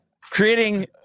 creating